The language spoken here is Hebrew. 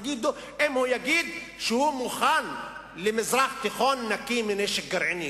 אם הוא יגיד שהוא מוכן למזרח תיכון נקי מנשק גרעיני.